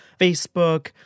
Facebook